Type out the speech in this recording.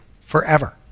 forever